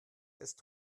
ist